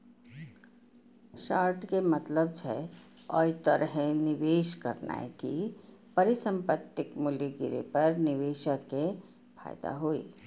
short के मतलब छै, अय तरहे निवेश करनाय कि परिसंपत्तिक मूल्य गिरे पर निवेशक कें फायदा होइ